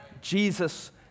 Jesus